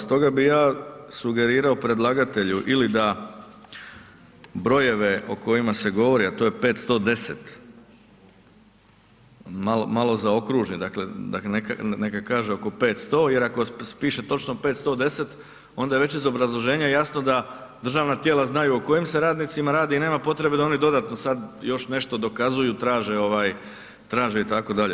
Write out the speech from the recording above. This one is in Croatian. Stoga bi ja sugerirao predlagatelju ili da brojeve o kojima se govori, a to je 510 malo zaokružen, dakle neka kaže oko 500 jer ako piše točno 510 onda je već iz obrazloženja jasno da državna tijela znaju o kojim s radnicima radi i nema potrebe da oni dodatno sada još nešto dokazuju, traže itd.